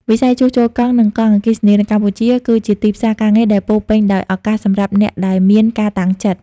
វិស័យជួសជុលកង់ និងកង់អគ្គិសនីនៅកម្ពុជា គឺជាទីផ្សារការងារដែលពោរពេញដោយឱកាសសម្រាប់អ្នកដែលមានការតាំងចិត្ត។